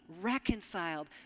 reconciled